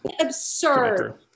Absurd